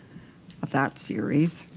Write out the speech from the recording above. of that series.